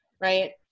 right